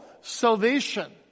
salvation